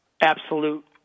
Absolute